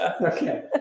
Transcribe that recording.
Okay